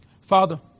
Father